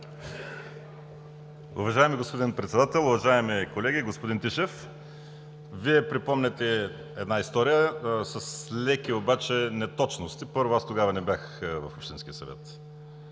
Уважаеми господин Председател, уважаеми колеги! Господин Тишев, Вие припомняте една история с леки неточности. Първо, аз тогава не бях в общинския съвет